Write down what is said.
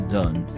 done